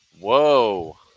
whoa